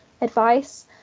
advice